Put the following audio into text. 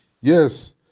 Yes